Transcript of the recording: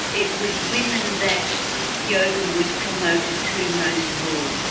it was women that yoga was promoted to most of all,